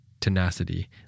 tenacity